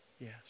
Yes